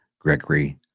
Gregory